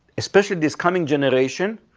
especially this coming generation,